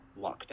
lockdown